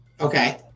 okay